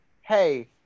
hey